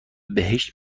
بهشت